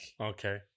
Okay